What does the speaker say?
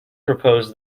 propose